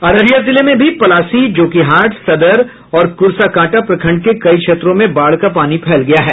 अररिया जिले में भी पलासी जोकीहाट सदर और कुर्साकांटा प्रखंड के कई क्षेत्रों में बाढ़ का पानी फैला हुआ है